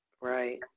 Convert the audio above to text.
right